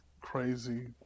crazy